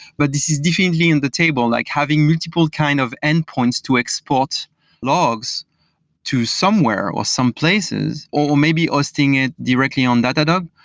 but this is definitely in the table, like having multiple kind of endpoints to export logs to somewhere or some places or maybe hosting it directly on datadog.